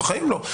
בחיים לא.